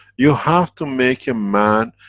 you have to make a man,